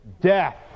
death